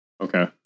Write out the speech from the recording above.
Okay